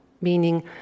meaning